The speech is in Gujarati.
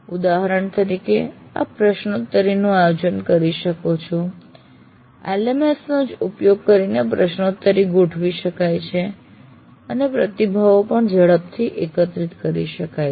ઉદાહરણ તરીકે આપ પ્રશ્નોત્તરીનું આયોજન કરી શકો છો LMS નો જ ઉપયોગ કરીને પ્રશ્નોત્તરી ગોઠવી શકાય છે અને પ્રતિભાવો પણ ઝડપથી એકત્રિત કરી શકાય છે